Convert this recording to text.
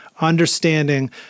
understanding